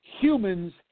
Humans